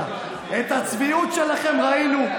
את הצביעות שלכם ראינו,